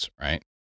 right